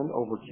over